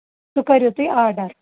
سُہ کٔرِو تُہۍ آرڈَر